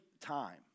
time